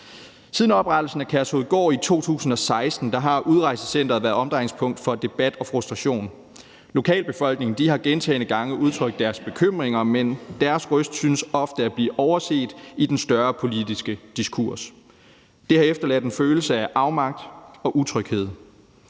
Siden oprettelsen af Kærshovedgård i 2016 har udrejsecenteret været omdrejningspunkt for debat og frustration. Lokalbefolkningen har gentagne gange udtrykt deres bekymringer, men deres røst synes ofte at blive overhørt i den større politiske diskurs. Det har efterladt en følelse af afmagt og utryghed.